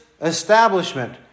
establishment